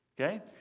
Okay